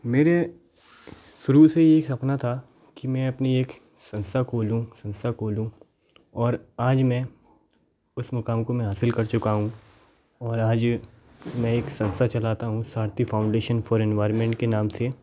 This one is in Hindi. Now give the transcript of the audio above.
मेरा शुरू से ही यही सपना था कि मैं अपनी एक संस्था खोलूँ संस्था कोलूँ और आज मैं उस मुक़ाम को मैं हासिल कर चुका हूँ और आज मैं एक संस्था चलाता हूँ शांति फाउंडेशन फोर एनवायर्मेंट के नाम से